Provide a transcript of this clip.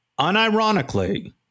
unironically